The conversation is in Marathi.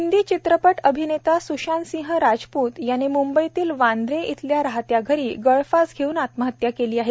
हिन्दी चित्रपट अभिनेता स्शांत सिंह राजप्त याने मुंबईतील वांद्रे येथील राहत्या घरी गळफास घेऊन आत्महत्या केली आहे